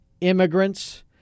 immigrants